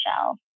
shell